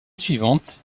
suivante